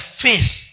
face